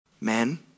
Men